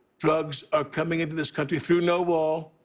drugs are coming into this country through no wall.